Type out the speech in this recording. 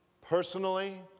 personally